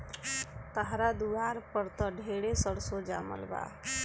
तहरा दुआर पर त ढेरे सरसो जामल बा